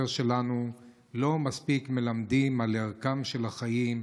שלנו לא מספיק מלמדים על ערכם של החיים,